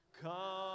come